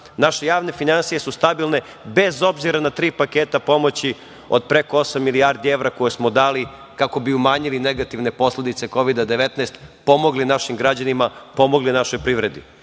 Naše javne finansije su stabilne, bez obzira na tri paketa pomoći od preko osam milijardi evra koje smo dali kako bi umanjili negativne posledice Kovida-19, pomogli našim građanima, pomogli našoj privredi. Svako